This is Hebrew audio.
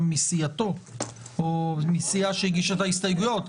מסיעתו או מסיעה שהגישה את ההסתייגויות.